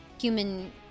human